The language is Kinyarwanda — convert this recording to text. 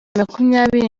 makumyabiri